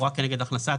או רק כנגד הכנסת